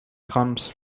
comes